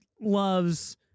loves –